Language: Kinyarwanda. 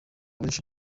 benshi